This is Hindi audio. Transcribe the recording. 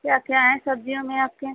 क्या क्या हैं सब्ज़ियों में आपके